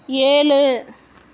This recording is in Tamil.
ஏழு